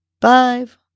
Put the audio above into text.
five